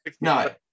no